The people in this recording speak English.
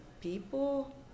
people